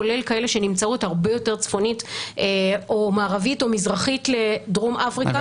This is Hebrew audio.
כולל כאלה שנמצאות הרבה יותר צפונית או מערבית או מזרחית לדרום אפריקה.